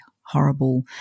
horrible